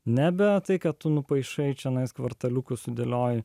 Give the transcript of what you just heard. nebe tai kad tu nupaišai čionai kvartaliukus sudėlioji